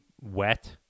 wet